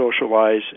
socialize